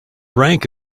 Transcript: rank